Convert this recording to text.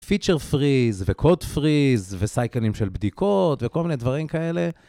פיצ'ר פריז וקוד פריז וסייקלים של בדיקות וכל מיני דברים כאלה.